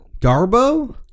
Darbo